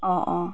অঁ অঁ